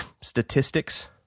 statistics